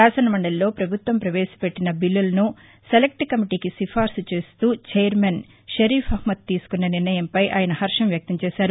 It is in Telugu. శాసన మండలిలో పభుత్వం ప్రవేశపెట్టిన బిల్లులను సెలెక్ట్ కమిటీకి సిఫార్సు చేస్తూ వైర్మన్ షరీఫ్ అహమ్మద్ తీసుకున్న నిర్ణయంపై అయన హర్షం వ్యక్తం చేశారు